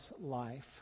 life